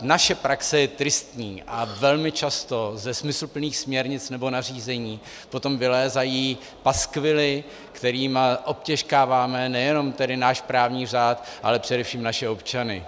Naše praxe je tristní a velmi často ze smysluplných směrnic nebo nařízení potom vylézají paskvily, kterými obtěžkáváme nejenom tedy náš právní řád, ale především naše občany.